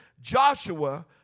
Joshua